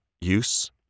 use